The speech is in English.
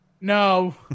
No